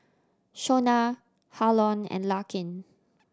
Shonna Harlon and Larkin